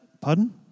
pardon